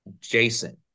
Jason